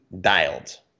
dialed